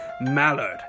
Mallard